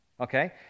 Okay